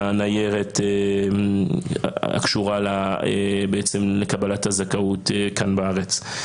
הניירת הקשורה לקבלת הזכאות כאן בארץ.